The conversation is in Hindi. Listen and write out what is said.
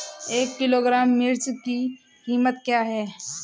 एक किलोग्राम मिर्च की कीमत क्या है?